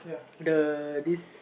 the this